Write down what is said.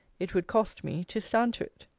it would cost me, to stand to it.